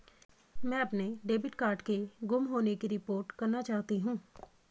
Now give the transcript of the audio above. मैं अपने debit card के गुम होने की रिपोर्ट करना चाहती हूँ